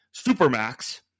Supermax